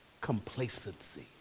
complacency